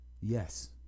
Yes